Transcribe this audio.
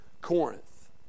Corinth